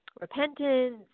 repentance